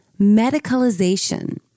medicalization